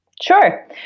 Sure